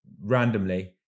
randomly